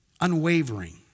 unwavering